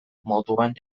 moduan